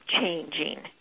changing